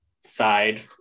side